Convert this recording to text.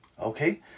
Okay